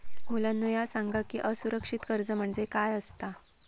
मुलांनो ह्या सांगा की असुरक्षित कर्ज म्हणजे काय आसता?